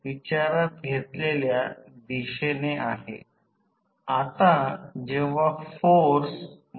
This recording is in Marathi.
तर त्या बाबतीत येथे सर्व काही लिहिले आहे अॅमेटर I0 भार देणार नाही आणि व्होल्टमीटर ने व्होल्टेज V1 दर्शविले असेल